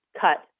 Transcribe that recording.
cut